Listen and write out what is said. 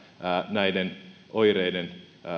näiden oireiden